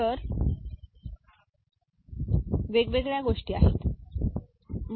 तर या वेगवेगळ्या गोष्टी आहेत